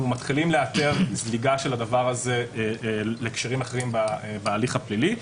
מתחילים לאתר זליגה של הדבר הזה לקשרים אחרים בהליך הפלילי.